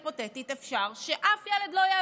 אפשר שאף ילד לא יעשה בגרות